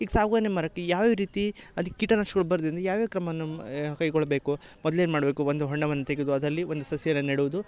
ಈಗ ಸಾಗ್ವಾನಿ ಮರಕ್ಕೆ ಯಾವ್ಯಾವ ರೀತಿ ಅದಕ್ಕೆ ಕೀಟನಾಶಕಗಳು ಬರದಿಂದೆ ಯಾವ್ಯಾವ ಕ್ರಮವನ್ನ ಏ ಕೈಗೊಳ್ಳಬೇಕು ಮೊದ್ಲು ಏನು ಮಾಡಬೇಕು ಒಂದು ಹೊಂಡವನ್ನ ತೆಗೆದು ಅದರಲ್ಲಿ ಒಂದು ಸಸಿಯನ್ನ ನೆಡೆದು